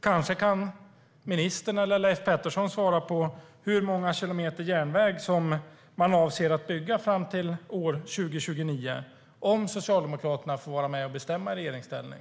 Kanske kan ministern eller Leif Pettersson svara på hur många kilometer järnväg man avser att bygga fram till år 2029 om Socialdemokraterna får vara med och bestämma i regeringsställning.